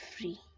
free